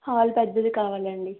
hall పెద్దది కావలి అండి